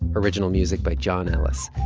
original music by john ellis.